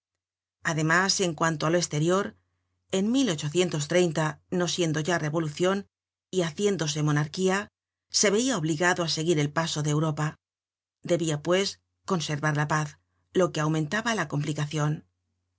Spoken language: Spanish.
además en cuanto á lo esterior no siendo ya revolucion y haciéndose monarquía se vcia obligado á seguir el paso de europa debia pues conservar la paz lo que aumentaba la complicacion